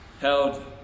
held